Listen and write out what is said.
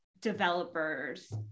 developers